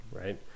right